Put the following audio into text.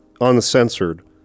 uncensored